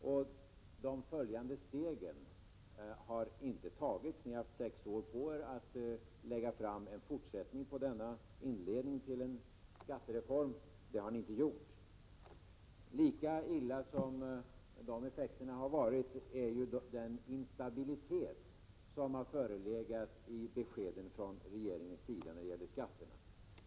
Och de steg som skulle följa har inte tagits — ni har haft sex år på er att lägga fram förslag om en fortsättning på denna inledning till en skattereform, och det har ni inte gjort. Lika illa är det när det gäller den instabilitet som har förelegat i beskeden om skatterna från regeringen.